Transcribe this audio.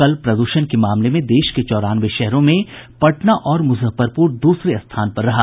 कल प्रदूषण के मामले में देश के चौरानवे शहरों में पटना और मुजफ्फरपुर दूसरे स्थान पर रहा